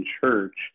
church